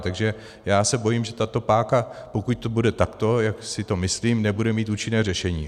Takže já se bojím, že tato páka, pokud to bude takto, jak si to myslím, nebude mít účinné řešení.